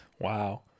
Wow